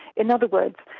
in other words,